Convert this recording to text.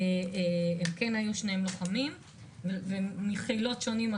הם שניהם היו לוחמים מחילות שונים,